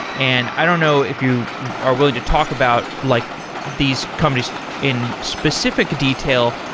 and i don't know if you are willing to talk about like these companies in specific detail.